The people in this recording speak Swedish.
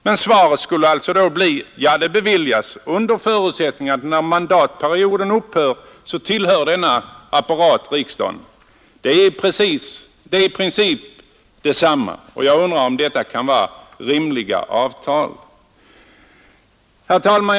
Men svaret skulle då bli: Framställningen beviljas, under förutsättning att när mandatperioden upphör tillhör denna apparat riksdagen. Det är i princip detsamma, och jag undrar om det kan vara rimliga avtal. Herr talman!